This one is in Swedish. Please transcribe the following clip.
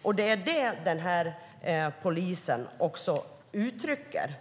Det är också det som den här polisen uttrycker.